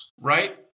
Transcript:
Right